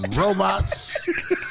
Robots